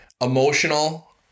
Emotional